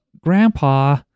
grandpa